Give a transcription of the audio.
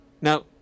Now